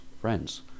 friends